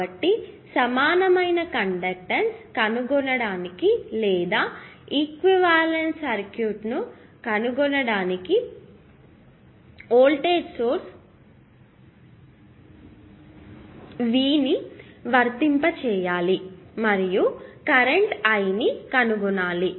కాబట్టి సమానమైన కండక్టెన్స్ కనుగొనడానికి లేదా ఎక్వివలెంట్ సర్క్యూట్ను కనుగొనడానికి వోల్టేజ్ సోర్స్ V ను వర్తింప చేయాలి మరియు కరెంట్ I ని కనుగొనాలి